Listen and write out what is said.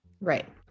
Right